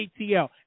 ATL